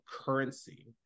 currency